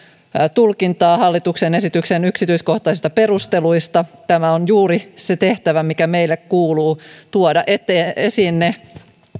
tulkintaa hallituksen esityksen yksityiskohtaisista perusteluista tämä on juuri se tehtävä mikä meille kuuluu tuoda esiin ne